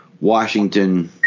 Washington